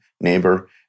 neighbor